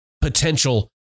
potential